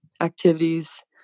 activities